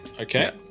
Okay